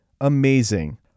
amazing